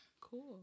Cool